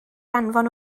anfon